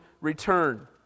return